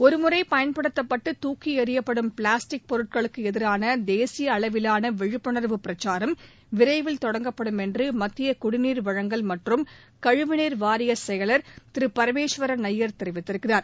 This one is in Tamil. ஒருமுறை பயன்படுத்தப்பட்டு துக்கி எறியப்படும் பிளாஸ்டிக் பொருட்களுக்கு எதிரான தேசிய அளவிலான விழிப்புணா்வு பிரச்சாரம் விரைவில் தொடங்கப்படும் என்று மத்திய குடிநீா் வழங்கல் மற்றும் கழிவுநீர் வாரிய செயலர் திரு பரமேஸ்வரன் ஐயர் கூறியிருக்கிறார்